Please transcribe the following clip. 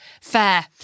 fair